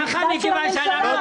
זה מחדל של הממשלה.